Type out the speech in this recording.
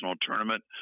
tournament